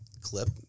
clip